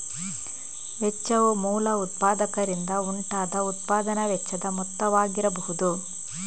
ವೆಚ್ಚವು ಮೂಲ ಉತ್ಪಾದಕರಿಂದ ಉಂಟಾದ ಉತ್ಪಾದನಾ ವೆಚ್ಚದ ಮೊತ್ತವಾಗಿರಬಹುದು